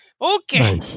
okay